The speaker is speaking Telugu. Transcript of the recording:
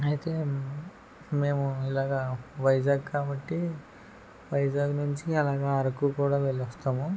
అయితే మేము ఇలాగా వైజాగ్ కాబట్టి వైజాగ్ నుంచి అలాగా అరకు కూడా వెళ్ళొస్తాము